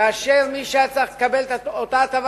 כאשר מי שהיה צריך לקבל את אותה הטבת